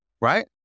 right